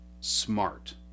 smart